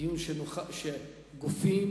דיון שגופים